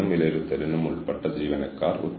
നമുക്ക് ഒരു ലളിതമായ വിശദീകരണത്തിലേക്ക് വരാം